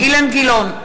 אילן גילאון,